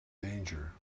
danger